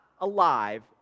alive